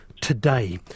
today